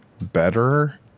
better